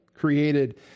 created